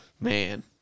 man